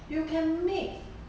you can make